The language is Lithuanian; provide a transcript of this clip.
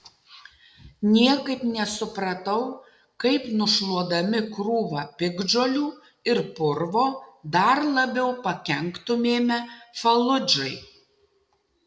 niekaip nesupratau kaip nušluodami krūvą piktžolių ir purvo dar labiau pakenktumėme faludžai